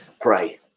pray